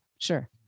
Sure